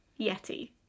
yeti